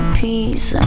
peace